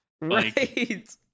Right